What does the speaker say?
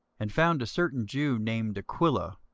and found a certain jew named aquila,